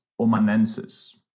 omanensis